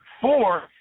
four